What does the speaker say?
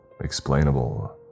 explainable